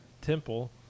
temple